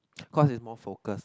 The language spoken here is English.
cause it's more focus lah